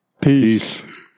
Peace